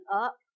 up